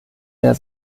der